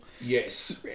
yes